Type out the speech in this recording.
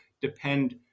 depend